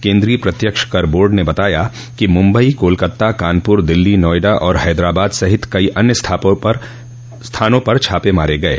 केंद्रीय प्रत्यक्ष कर बोर्ड ने बताया कि मुंबई कोलकाता कानपुर दिल्ली नोएडा और हैदराबाद सहित कई अन्य स्थानों पर छापे मारे गये